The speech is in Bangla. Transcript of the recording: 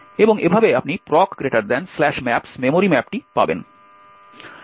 এবং এভাবে আপনি processmaps মেমরি ম্যাপটি পাবেন